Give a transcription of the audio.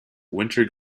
winter